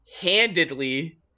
handedly